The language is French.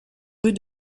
rue